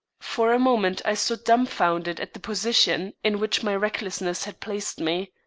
for a moment i stood dumbfounded at the position in which my recklessness had placed me.